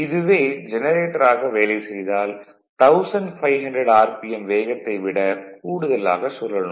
இதுவே ஜெனரேட்டராக வேலை செய்தால் 1500 RPM வேகத்தை விட கூடுதலாக சூழலும்